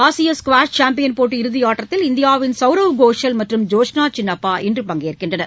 ஆசிய squash champion போட்டி இறுதியாட்டத்தில் இந்தியாவின் சவ்ரவ் கோஷல் மற்றும் ஜோஷ்னா சின்னப்பா இன்று பங்கேற்கின்றனர்